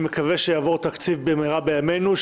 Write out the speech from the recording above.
אני מקווה שיעבור תקציב במהרה בימינו,